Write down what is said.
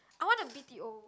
I want to B_T_O